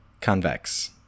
Convex